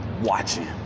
watching